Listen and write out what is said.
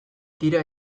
dira